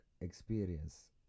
experience